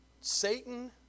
Satan